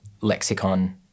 lexicon